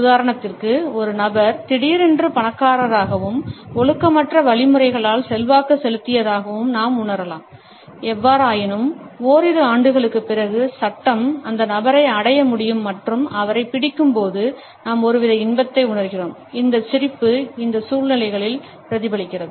உதாரணத்திற்கு ஒரு நபர் திடீரென்று பணக்காரராகவும் ஒழுக்கமற்ற வழிமுறைகளால் செல்வாக்கு செலுத்தியதாகவும் நாம் உணரலாம் எவ்வாறாயினும் ஓரிரு ஆண்டுகளுக்குப் பிறகு சட்டம் அந்த நபரை அடைய முடியும் மற்றும் அவரைப் பிடிக்கும்போது நாம் ஒருவித இன்பத்தை உணர்கிறோம் இந்தச் சிரிப்பு இந்த சூழ்நிலைகளிலும் பிரதிபலிக்கிறது